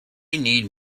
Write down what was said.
need